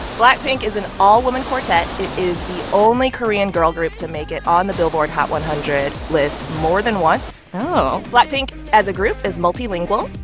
blackpink is an all-woman quartet. it is the only korean girl group to make it on the billboard hot one hundred list more than once oh blackpink, as a group, is multilingual.